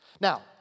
Now